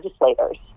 legislators